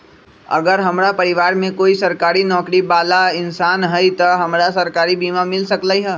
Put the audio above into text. अगर हमरा परिवार में कोई सरकारी नौकरी बाला इंसान हई त हमरा सरकारी बीमा मिल सकलई ह?